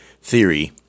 theory